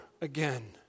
again